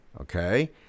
Okay